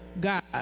God